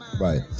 Right